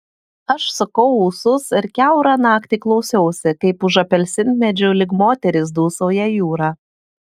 aš sukau ūsus ir kiaurą naktį klausiausi kaip už apelsinmedžių lyg moteris dūsauja jūra